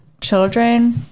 children